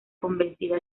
convencida